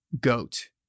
goat